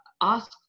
ask